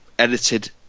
edited